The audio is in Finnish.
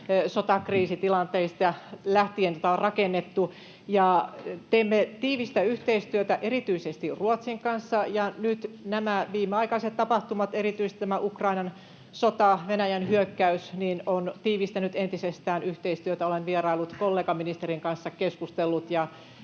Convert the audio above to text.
sotakriisitilanteista, sieltä lähtien sitä on rakennettu. Teemme tiivistä yhteistyötä erityisesti Ruotsin kanssa, ja nyt nämä viimeaikaiset tapahtumat, erityisesti Ukrainan sota, Venäjän hyökkäys, ovat tiivistäneet entisestään yhteistyötä. Olen vieraillut ja kollegaministerin kanssa keskustellut